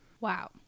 wow